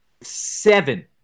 Seven